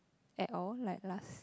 at all like last